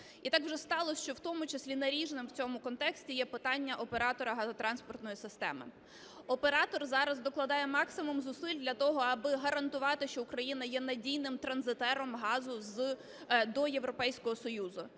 І так уже сталося, що у тому числі наріжним в цьому контексті є питання оператора газотранспортної системи. Оператор зараз докладає максимум зусиль для того, аби гарантувати, що Україна є надійним транзитером газу до Європейського Союзу.